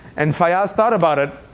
and fayaz thought about it,